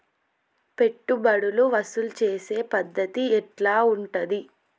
పెట్టుబడులు వసూలు చేసే పద్ధతి ఎట్లా ఉంటది?